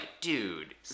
dude